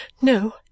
No